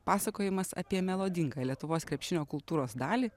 pasakojimas apie melodingą lietuvos krepšinio kultūros dalį